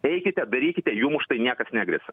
eikite darykite jum už tai niekas negresia